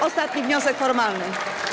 Ostatni wniosek formalny.